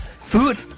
food